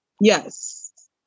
yes